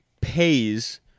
pays